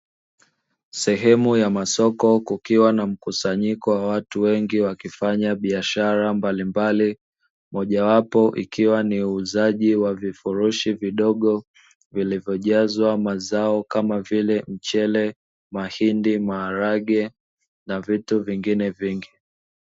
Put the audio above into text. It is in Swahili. Sehemu ya masoko kukiwa na mkusanyiko wa watu wengi, wakifanya biashara mbalimbali, mojawapo ikiwa ni uuzaji wa vifurushi vidogo vilivyojazwa mazao kama vile: mchele, mahindi, maharage na vitu vingine vingi.